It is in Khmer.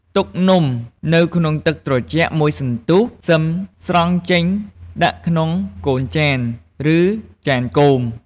ទុកនំនៅក្នុងទឹកត្រជាក់មួយសន្ទុះ សឹមស្រង់ចេញដាក់ក្នុងកូនចាន ឬចានគោម។